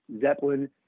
Zeppelin